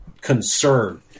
concerned